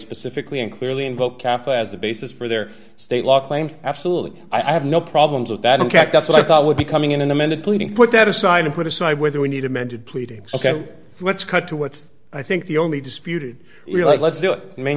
specifically and clearly invoke caffe as the basis for their state law claims absolutely i have no problems with that ok that's what i thought would be coming in an amended pleading put that aside and put aside whether we need amended pleadings ok let's cut to what i think the only disputed let's do it may